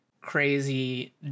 crazy